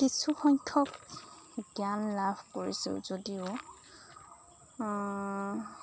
কিছু সংখ্যক জ্ঞান লাভ কৰিছোঁ যদিও